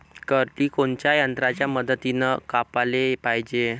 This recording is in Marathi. करडी कोनच्या यंत्राच्या मदतीनं कापाले पायजे?